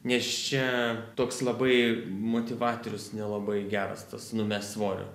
nes čia toks labai motyvatorius nelabai geras tas numest svorio